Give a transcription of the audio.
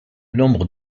nombre